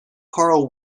karl